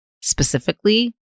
specifically